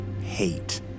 hate